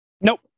Nope